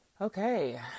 okay